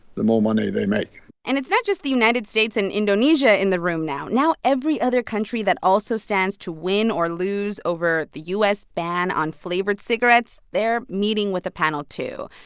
the more money they make and it's not just the united states and indonesia in the room now. now, every other country that also stands to win or lose over the u s. ban on flavored cigarettes, they're meeting with the panel, too.